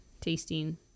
tasting